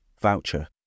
voucher